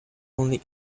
only